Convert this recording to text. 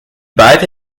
beide